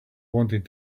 wanted